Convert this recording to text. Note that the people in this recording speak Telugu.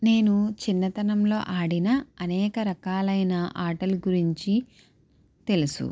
నేను చిన్నతనంలో ఆడిన అనేక రకాలైన ఆటలు గురించి తెలుసు